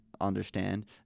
understand